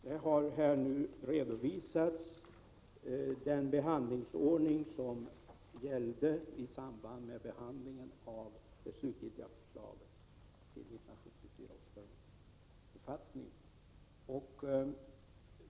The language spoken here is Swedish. Herr talman! Här har redovisats den ordning som gällde i samband med behandlingen av det slutgiltiga förslaget till 1974 års författning.